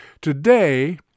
Today